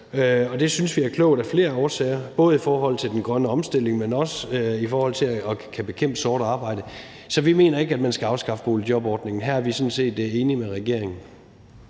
Det synes vi er klogt af flere årsager, både i forhold til den grønne omstilling, men også i forhold til at kunne bekæmpe sort arbejde. Så vi mener ikke, at man skal afskaffe boligjobordningen. Her er vi sådan set enige med regeringen.